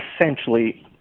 essentially